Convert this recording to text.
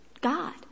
God